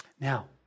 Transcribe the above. Now